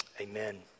amen